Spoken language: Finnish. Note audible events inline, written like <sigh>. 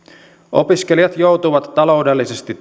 opiskelijat joutuvat taloudellisesti <unintelligible>